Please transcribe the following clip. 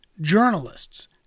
journalists